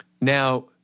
Now